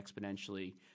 exponentially